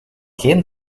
geen